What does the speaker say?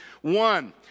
One